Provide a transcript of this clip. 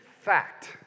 fact